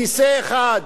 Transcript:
כיסא אחד,